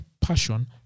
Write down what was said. passion